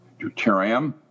deuterium